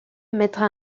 mettra